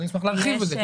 אשמח לראות את זה.